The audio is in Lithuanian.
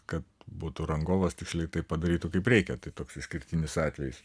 kad būtų rangovas tiksliai tai padarytų kaip reikia tai toks išskirtinis atvejis